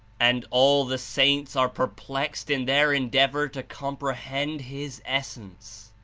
and all the saints are perplexed in their endeavor to comprehend his essence.